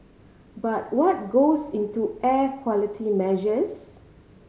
but what goes into air quality measures